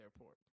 airport